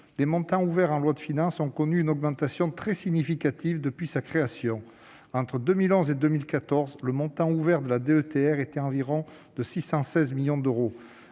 les montants ouverts en loi de finances ont connu une augmentation très significative : entre 2011 et 2014, le montant ouvert était d'environ 616 millions d'euros